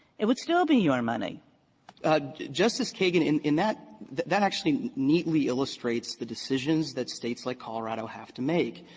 it would still be your money. yarger justice kagan, in in that that actually neatly illustrates the decisions that states like colorado have to make.